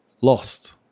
lost